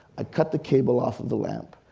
i cut the cable off of the lamp,